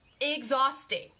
exhausting